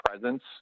presence